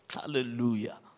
Hallelujah